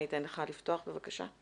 אני אתן לך לפתוח, בבקשה.